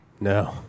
No